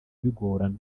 bigorana